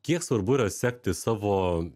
kiek svarbu yra sekti savo